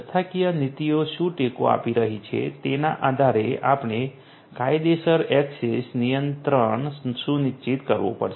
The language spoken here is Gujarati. સંસ્થાકીય નીતિઓ શું ટેકો આપી રહી છે તેના આધારે આપણે કાયદેસર ઍક્સેસ નિયંત્રણ સુનિશ્ચિત કરવું પડશે